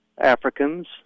Africans